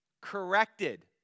corrected